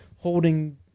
holding